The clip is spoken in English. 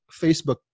Facebook